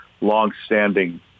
longstanding